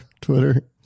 Twitter